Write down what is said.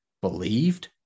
believed